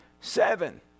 seven